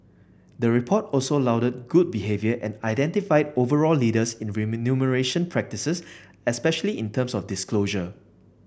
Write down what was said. the report also lauded good behaviour and identified overall leaders in remuneration practices especially in terms of disclosure